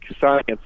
science